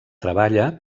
treballa